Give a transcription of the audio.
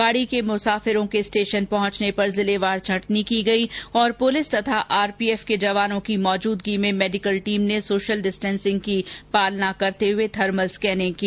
गाड़ी के मुसाफिरों के स्टेशन पहुंचने पर जिलेवार छंटनी की गई और पुलिस तथा आरपीएफ के जवानों की मौजूदगी में मेडिकल टीम ने सोशल डिस्टेंसिंग की पालना करते हुए थर्मल स्केनिंग की